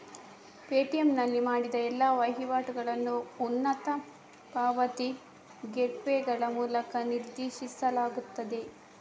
Paytm ನಲ್ಲಿ ಮಾಡಿದ ಎಲ್ಲಾ ವಹಿವಾಟುಗಳನ್ನು ಉನ್ನತ ಪಾವತಿ ಗೇಟ್ವೇಗಳ ಮೂಲಕ ನಿರ್ದೇಶಿಸಲಾಗುತ್ತದೆ